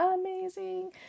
amazing